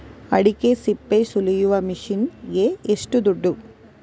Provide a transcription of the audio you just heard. ಅಡಿಕೆ ಸಿಪ್ಪೆ ಸುಲಿಯುವ ಮಷೀನ್ ಗೆ ಏಷ್ಟು ದುಡ್ಡು?